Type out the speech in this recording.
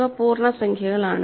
ഇവ പൂർണ്ണസംഖ്യകളാണ്